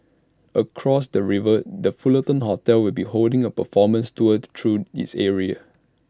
across the river the Fullerton hotel will be holding A performance tour through its area